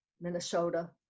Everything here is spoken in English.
Minnesota